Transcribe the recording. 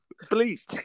Please